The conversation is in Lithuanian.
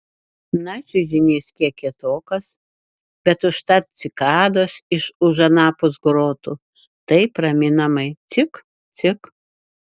na čiužinys kiek kietokas bet užtat cikados iš už anapus grotų taip raminamai cik cik